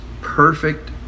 perfect